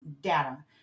data